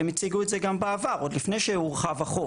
הם הציגו את זה גם בעבר, עוד לפני שהורחב החוק.